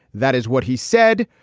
that is what he said.